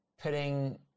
putting